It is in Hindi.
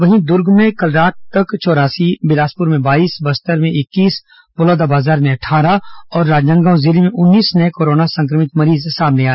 वहीं दुर्ग में कल रात तक चौरासी बिलासपुर में बाईस बस्तर में इक्कीस बलौदाबाजार में अट्ठारह और राजनांदगांव जिले में उन्नीस नये कोरोना संक्रमित मरीज सामने आए